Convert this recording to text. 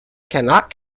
cannot